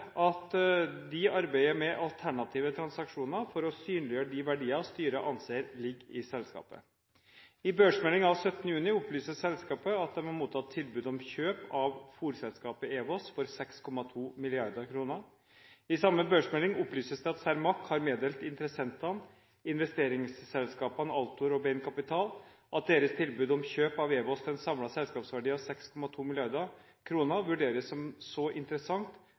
at de arbeider med alternative transaksjoner for å synliggjøre de verdier styret anser ligger i selskapet. I børsmelding av 17. juni opplyser selskapet at de har mottatt tilbud om kjøp av fôrselskapet EWOS for 6,2 mrd. kr. I samme børsmelding opplyses det at Cermaq har meddelt interessentene, investeringsselskapene Altor og Bain Capital, at deres tilbud om kjøp av EWOS til en samlet selskapsverdi av 6,2 mrd. kr vurderes som så interessant